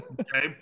Okay